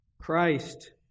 Christ